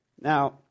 Now